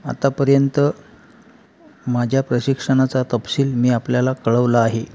आतापर्यंत माझ्या प्रशिक्षणाचा तपशील मी आपल्याला कळवला आहे